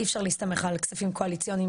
אי אפשר להסתמך על כספים קואליציוניים